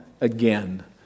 again